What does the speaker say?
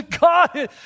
God